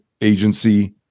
agency